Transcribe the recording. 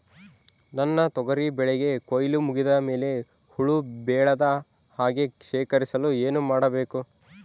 ನನ್ನ ತೊಗರಿ ಬೆಳೆಗೆ ಕೊಯ್ಲು ಮುಗಿದ ಮೇಲೆ ಹುಳು ಬೇಳದ ಹಾಗೆ ಶೇಖರಿಸಲು ಏನು ಮಾಡಬೇಕು?